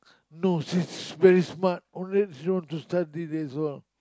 no she's very smart only she want to study that's all